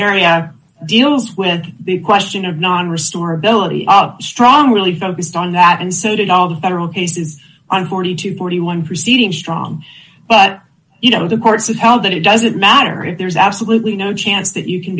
area deals with the question of non restore ability strong really focused on that and so did all the federal cases on four thousand two hundred and forty one proceeding strong but you know the courts have held that it doesn't matter if there's absolutely no chance that you can